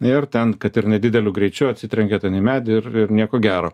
ir ten kad ir nedideliu greičiu atsitrenkia ten į medį ir ir nieko gero